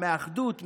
מאחדות,